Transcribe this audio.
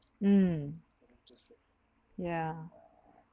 mm yeah